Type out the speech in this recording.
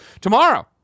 Tomorrow